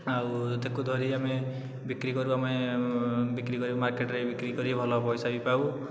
ଆଉ ତାକୁ ଧରି ଆମେ ବିକ୍ରି କରୁ ଆମେ ବିକ୍ରି କରି ମାର୍କେଟରେ ବିକ୍ରି କରି ଭଲ ପଇସା ବି ପାଉ